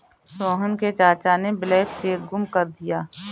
सोहन के चाचा ने ब्लैंक चेक गुम कर दिया